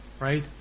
right